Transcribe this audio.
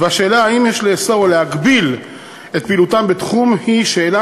והשאלה האם יש לאסור או להגביל את פעילותם בתחום היא שאלה